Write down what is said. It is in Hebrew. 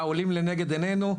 העולים לנגד ענינו.